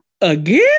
Again